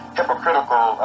hypocritical